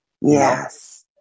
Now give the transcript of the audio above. Yes